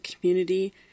community